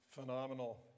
phenomenal